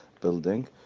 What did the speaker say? building